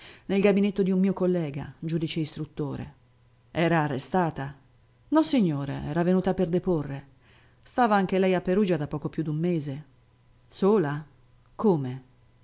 nel gabinetto d'un mio collega giudice istruttore era arrestata nossignore era venuta per deporre stava anche lei a perugia da poco più d'un mese sola come